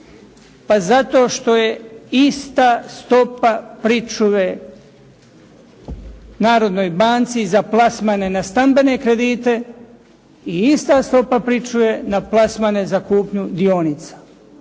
Pa zato što je ista stopa pričuve Narodnoj banci na plasmane na stambene kredite i ista stope pričuve na plasmane za kupnju dionica.